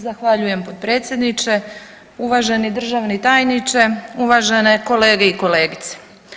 Zahvaljujem potpredsjedniče, uvaženi državni tajniče, uvažene kolege i kolegice.